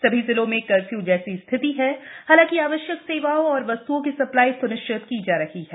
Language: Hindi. सभी जिलों में कर्फ्यू जैसी स्थिति है हालाकि आवश्यक सेवाओं और वस्तुओं की सप्लाई सुनिश्चित की जा रही है